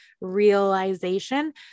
realization